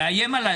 מאיים עלי.